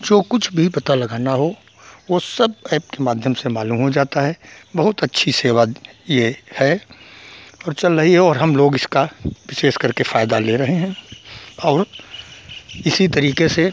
जो कुछ भी पता लगाना हो वह सब एप के माध्यम से मालूम हो जाता है बहुत अच्छी सेवा यह है और चल रही है और हमलोग इसका विशेष करके फ़ायदा ले रहे हैं और इसी तरीके से